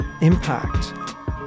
impact